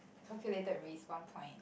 calculated respawn point